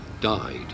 died